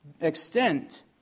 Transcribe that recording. extent